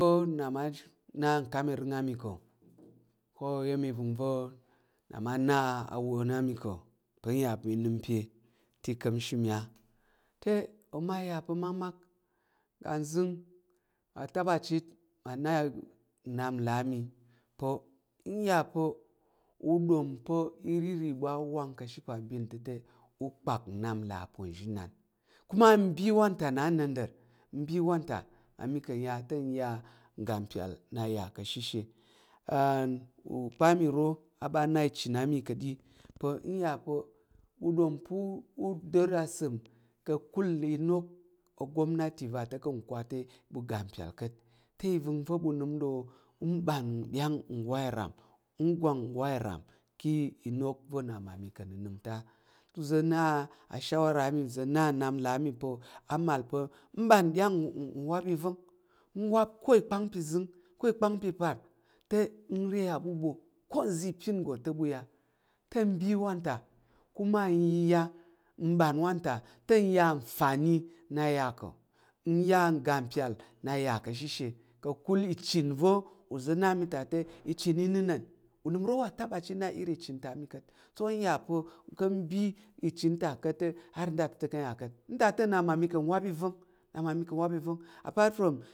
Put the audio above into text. Pa̱ na ma na ukami rəng ami ko ka̱ iya̱m ivəngva̱ ma na awan mi ko pa̱ iya pa̱ nəm pa̱ te ikamshi mi a te oma ya pa̱ makmak ngga zəng te ma ta ɓa chit ma na nal ami pa̱ nya pa̱ o ɗom pa̱ iriri ɓu awang ka̱ ashe apambin va̱ta̱ te u pak nnap là aponzhinan kuma ubi wanta na nnandər i bi wanta ma ka̱ ya te nya ngga mpyal na ka̱ shishe and u pa̱ mi ro a ɓa na ishi na ka̱ɗi pa̱ nya pa̱ doly pa̱ udar asəm ka̱kul inok ogomnati va̱ta ká̱ nkwakwa te ɓu ga mpyal ka̱t te ivəngva̱ ɓu nəm ro u ɓan rwam ngwan nram ka̱ nok va̱ na mmami ka̱ nənəm to te uza̱ na su ra ami oza̱ na nnap là ami pa̱ u ɓan ɗyang nwap iveng nwap ko i pang pa̱ zəng ko pang pa̱ par te, nre aɓu ɓu ko nza̱ go te ɓu ya te u bi wanta kuma nyi ya uɓan wanta le nya ufa na na ya ká̱ nya ngga yal na ya ka̱ shishi ka̱kul ivəngva̱ uza̱ na mi ta te ichen i na ma unəm ro wa ta ɓa chit na iri ichen ta mi ka̱t so ka̱ ya pa̱ ka̱ ɓa ichen ta ami ka̱t so ka̱ ya pa ka̱ mbin ichen ja ka̱t te har nda to ka̱ ya ka̱t nda to na ma mi ka̱ wap ivang na ma mi ka̱ wap ivang a part from.